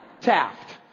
Taft